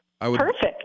Perfect